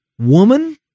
Woman